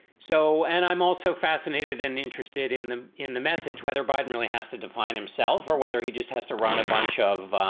so and i'm also fascinated and interested in the in the message whether biden really has to define himself or whether he just has to run a bunch of,